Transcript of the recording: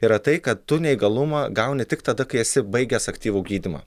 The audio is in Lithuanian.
yra tai kad tu neįgalumą gauni tik tada kai esi baigęs aktyvų gydymą